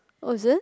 oh is it